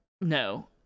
no